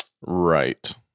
right